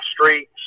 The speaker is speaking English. street